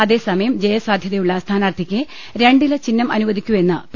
അതേസമയം ജയസാധ്യതയുള്ള സ്ഥാനാർത്ഥിക്കേ രണ്ടില ചിഹ്നം അനുവദിക്കൂ എന്ന് പി